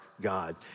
God